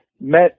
met